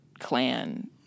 clan